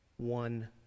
one